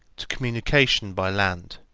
to communication by land.